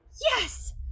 Yes